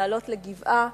לעלות לגבעה